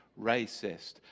Racist